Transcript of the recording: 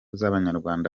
z’abanyarwanda